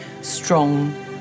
strong